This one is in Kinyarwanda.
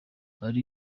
ari